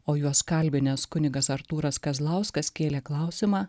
o juos kalbinęs kunigas artūras kazlauskas kėlė klausimą